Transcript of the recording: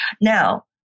Now